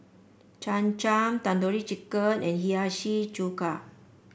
Cham Cham Tandoori Chicken and Hiyashi Chuka